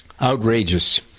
Outrageous